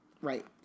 right